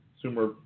consumer